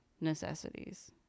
necessities